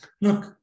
look